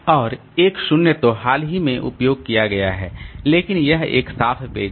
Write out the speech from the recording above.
और 1 0 तो हाल ही में उपयोग किया गया है लेकिन यह एक साफ पेज है